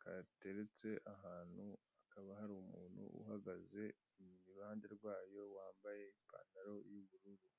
gateretse ahantu hakaba hari umuntu uhagaze iruhande rwayo wambaye ipantaro y'ubururu.